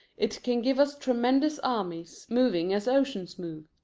it can give us tremendous armies, moving as oceans move.